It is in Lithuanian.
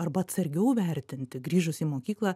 arba atsargiau vertinti grįžus į mokyklą